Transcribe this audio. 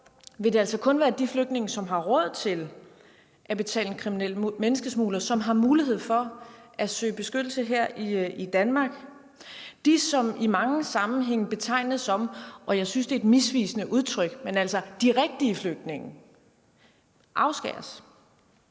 vil det altså kun være de flygtninge, som har råd til at betale en kriminel menneskesmugler, som har mulighed for at søge beskyttelse her i Danmark. De, som i mange sammenhænge betegnes som – og jeg synes det er et misvisende udtryk – de rigtige flygtninge, afskæres.